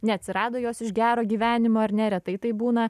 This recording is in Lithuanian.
neatsirado jos iš gero gyvenimo ar ne retai taip būna